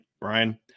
Brian